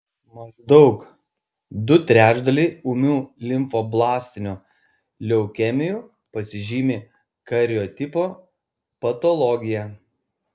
maždaug du trečdaliai ūmių limfoblastinių leukemijų pasižymi kariotipo patologija